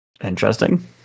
Interesting